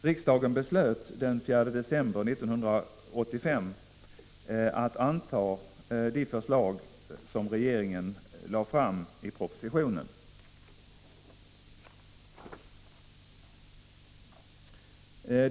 Riksdagen beslöt den 4 december 1985 att anta de förslag som regeringen lade fram i propositionen.